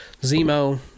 Zemo